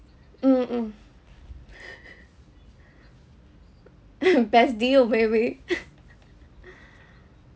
mm mm best deal baby